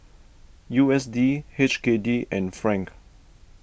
U S D H K D and franc